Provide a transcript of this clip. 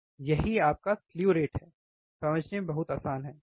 यह आपकी slew rate है समझने में बहुत आसान है है ना